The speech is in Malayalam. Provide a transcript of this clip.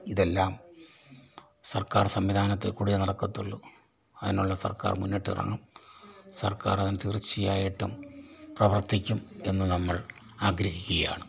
ഇതെല്ലാം സർക്കാർ സംവിധാനത്തിൽ കൂടിയേ നടക്കത്തുള്ളൂ അതിനുള്ള സർക്കാർ മുന്നിട്ടിറങ്ങണം സർക്കാർ അതിന് തീർച്ചയായിട്ടും പ്രവർത്തിക്കും എന്ന് നമ്മൾ ആഗ്രഹിക്കുകയാണ്